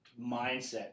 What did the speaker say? mindset